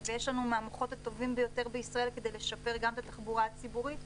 ויש לנו מהמוחות הטובים ביותר בישראל כדי לשפר גם את התחבורה הציבורית,